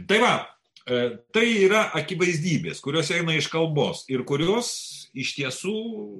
tai va e tai yra akivaizdybės kurios eina iš kalbos ir kurios iš tiesų